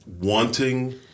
wanting